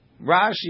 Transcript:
Rashi